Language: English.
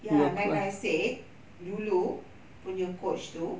ya like I said dulu punya coach itu